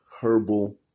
herbal